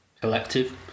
collective